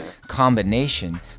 combination